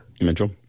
Mitchell